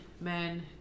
men